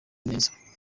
neza